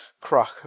crack